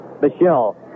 Michelle